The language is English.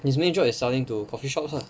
his main job is selling to coffeeshops lah